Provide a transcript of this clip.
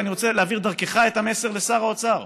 ואני רוצה להעביר דרכך את המסר לשר האוצר,